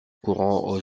courants